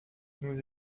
nous